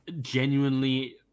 genuinely